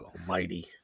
Almighty